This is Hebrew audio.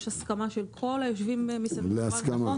יש הסכמה של כל היושבים מסביב על השולחן.